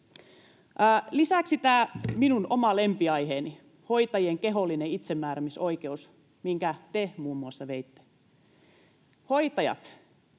Lisäksi minun oma lempiaiheeni: hoitajien kehollinen itsemääräämisoikeus, minkä te muun muassa veitte. Hoitajat